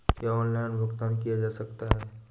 क्या ऑनलाइन भुगतान किया जा सकता है?